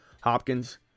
Hopkins